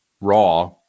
raw